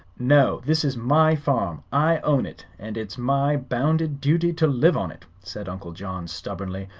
no this is my farm. i own it, and it's my bounded duty to live on it, said uncle john, stubbornly.